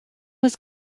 was